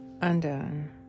undone